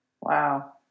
Wow